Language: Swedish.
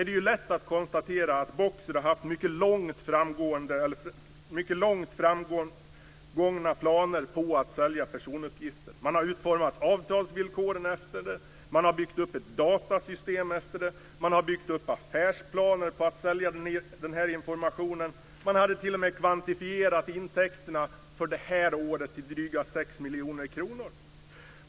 Det är lätt att konstatera att Boxer har haft mycket långt gångna planer på att sälja personuppgifter. Man har utformat avtalsvillkor. Man har byggt upp ett datasystem. Man har byggt upp affärsplaner på att sälja informationen. Man hade t.o.m. kvantifierat intäkterna för det här året till drygt 6 miljoner kronor.